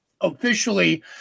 officially